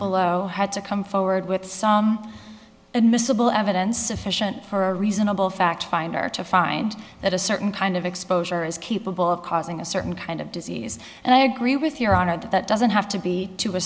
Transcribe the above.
below had to come forward with some admissible evidence sufficient for a reasonable fact finder to find that a certain kind of exposure is capable of causing a certain kind of disease and i agree with your honor that that doesn't have to be to a